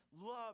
love